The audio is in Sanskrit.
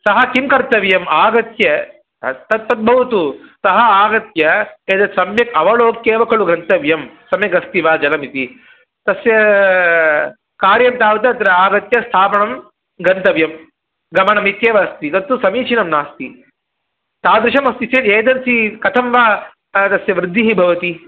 सः किं कर्तव्यम् आगत्य तत्ततद्भवतु सः आगत्य एतत् सम्यक् अवलोक्य एव खलु गन्तव्यं सम्यक् अस्ति वा जलम् इति तस्य कार्यं तावत् अत्र आगत्य स्थापणं गन्तव्यं गमनं इत्येव अस्ति तत्तु समीचिनं नास्ति तादृशम् अस्ति चेत् एजेन्सि कथं वा तत् तस्य वृद्धिः भवति